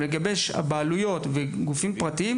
אבל לגבי הבעלויות וגופים פרטיים,